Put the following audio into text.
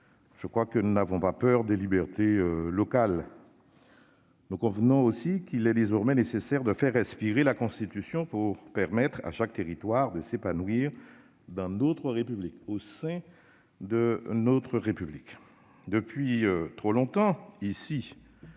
ces travées, nous n'avons pas peur des libertés locales. Nous convenons aussi qu'il est désormais nécessaire de faire respirer la Constitution pour permettre à chaque territoire de s'épanouir au sein de notre République. Depuis trop longtemps, ici,